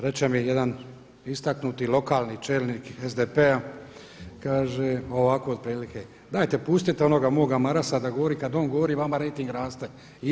Reče mi jedan istaknuti lokalni čelnik SDP-a kaže ovako otprilike, dajte pustite onoga moga Marasa da govori, kada on govori vama rejting raste.